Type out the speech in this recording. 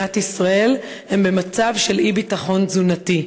במדינת ישראל במצב של אי-ביטחון תזונתי.